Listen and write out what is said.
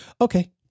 Okay